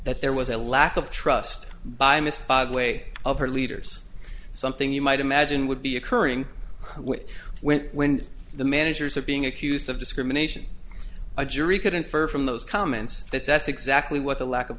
that there was a lack of trust by mr way of her leaders something you might imagine would be occurring when when when the managers are being accused of discrimination a jury could infer from those comments that that's exactly what the lack of